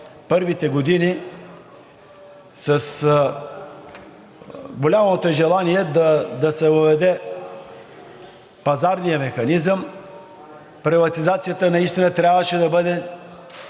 първите години, с голямото желание да се въведе пазарният механизъм, приватизацията наистина трябваше да бъде